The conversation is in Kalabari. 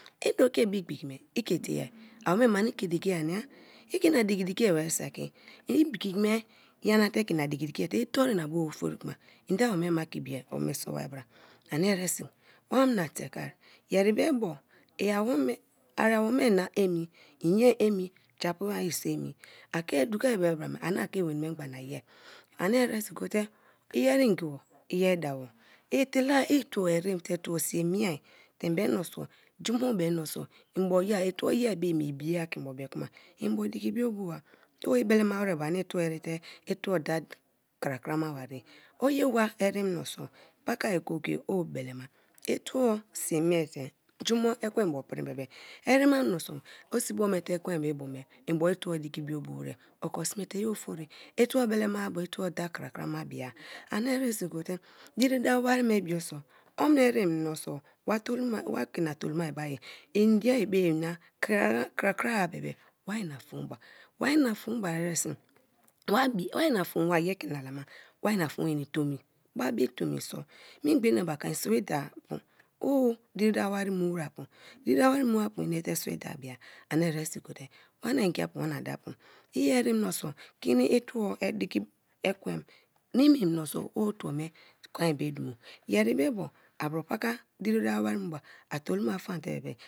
Idokia me igbiki me ike tie ye awome ma ani ke diki anice ike ina diki me saki iigbiki me nyante ke ina diki diki te itoru ina bu ofori kuma ende awome ke ibia pu me so bai bara? Ani eresi wa omna tekear yeri be bo i awome ari awome ra emi, inye emi japu ai so emi a ke dukoar be bra me ani ke weni memgba na ye ani eresi wa omna tekear yeri be bo i awome ari awome ra emi inye emi japu aiso emi a ke dukoar be brame ani keweni memgbe na ye ani eresi gote iyeri ngebe iyeri dabo etela ituo erem te tuo sii miear te mbe muniso jumo be minso mbo ye ya itubo iya be ye meibia ke mbo be kuma mbo diki biobuwa o i belema wra bo aniituo ereteituo dakrakra mabaie oyewab ere tei tuo sii miete jumo ekwen mbo prim bebe erema minso o sibo mete ekwen be bo me mboi ituo belema bo ituo da ki biobuwra oko sme te ye ofori ituo belemabo ituo da krakrama bia ane eresi gote diri dawa wari bebio so omni ere minso wa toloma wake ina toloma mai inye beye na kra kra bebe wa na fom ba wana fom ba eresi wa bi, wa na fom ini tomi ba be tomi so memgha enebaka en sme dapu o diri dawo wari dawo wari muo apu inete sbi daa bia ani eresi gote wana nginpu na wana daapu ere minso keni ituo diki ekewem ninii minso otuo me kon be dumo yeri be bo abro paka disi dawo wari mu ba a toloma fam te bebe.